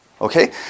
Okay